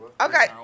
Okay